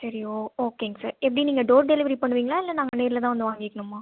சரி ஓ ஓகேங்க சார் எப்படி நீங்கள் டோர் டெலிவரி பண்ணுவீங்களா இல்லை நாங்கள் நேரில் தான் வந்து வாங்கிக்கணுமா